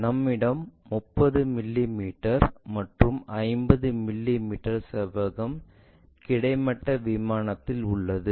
நம்மிடம் 30 மிமீ மற்றும் 50 மிமீ செவ்வகம் கிடைமட்ட விமானத்தில் உள்ளது